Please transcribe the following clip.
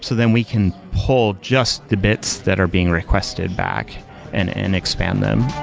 so then we can pull just the bits that are being requested back and and expand them